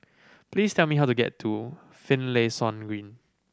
please tell me how to get to Finlayson Green